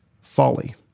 folly